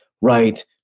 right